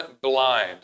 blind